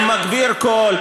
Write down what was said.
גם מגביר קול,